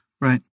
Right